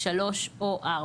(3) או (4).